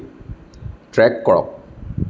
track কৰক